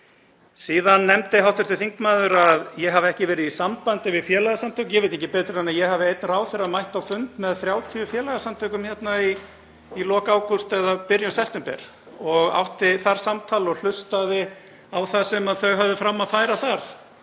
Síðan nefndi hv. þingmaður að ég hafi ekki verið í sambandi við félagasamtök. Ég veit ekki betur en að ég hafi einn ráðherra mætt á fund með 30 félagasamtökum hérna í lok ágúst eða byrjun september og átti þar samtal og hlustaði á það sem þau höfðu fram að færa þannig